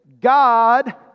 God